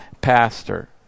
pastor